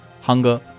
hunger